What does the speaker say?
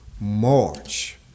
March